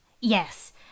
Yes